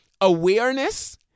awareness